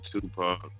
Tupac